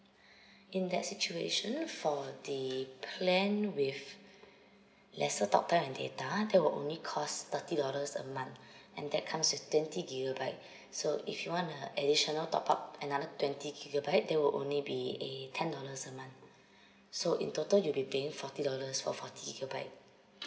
in that situation for the plan with lesser talk time and data that will only cost thirty dollars a month and that comes with twenty gigabyte so if you wanna additional top up another twenty gigabyte that will only be a ten dollars a month so in total you'll be paying forty dollars for forty gigabyte